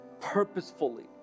purposefully